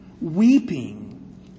weeping